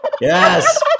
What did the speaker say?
Yes